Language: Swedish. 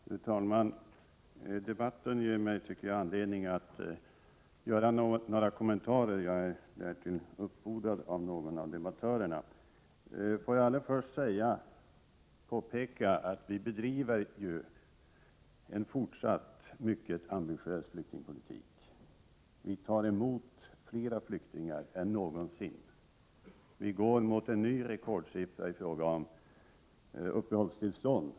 Fru talman! Debatten ger mig anledning att göra några kommentarer — jag är därtill uppfordrad av någon av debattörerna. Får jag först påpeka att vi ju bedriver en fortsatt mycket ambitiös flyktingpolitik. Vi tar emot fler flyktingar än någonsin. Vi går emot en ny rekordsiffra i fråga om uppehållstillstånd.